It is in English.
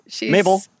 Mabel